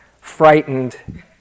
frightened